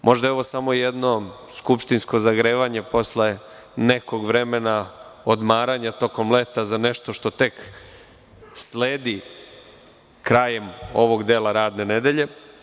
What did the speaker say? Možda je ovo samo jedno skupštinsko zagrevanje posle nekog vremena odmaranja tokom leta za nešto što tek sledi krajem ovog dela radne nedelje.